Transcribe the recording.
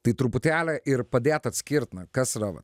tai truputėlį ir padėt atskirt na kas yra va